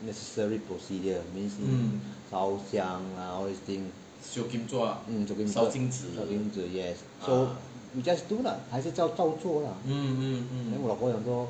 necessary procedure means 烧香 lah all these things mm sio kim zua 烧金纸 yes so just do lah 还是照做 lah then 我老婆讲说